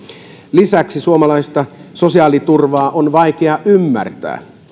lisäksi suomalaista sosiaaliturvaa on vaikea ymmärtää